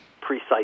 precise